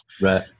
Right